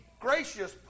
gracious